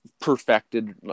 perfected